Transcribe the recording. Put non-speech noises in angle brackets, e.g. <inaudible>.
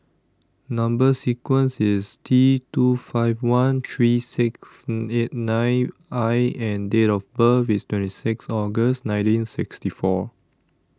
Number sequence IS T two five one three six <unintelligible> eight nine I and Date of birth IS twenty six August nineteen sixty four